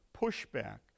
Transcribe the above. pushback